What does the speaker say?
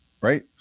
right